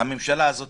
הממשלה הזאת